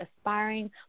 aspiring